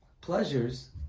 pleasures